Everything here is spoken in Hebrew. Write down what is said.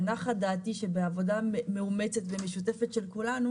ונחה דעתי שבעבודה מאומצת ומשותפת של כולנו